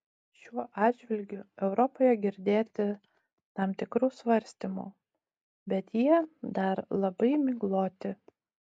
šiuo atžvilgiu europoje girdėti tam tikrų svarstymų bet jie dar labai migloti